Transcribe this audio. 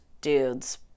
dudes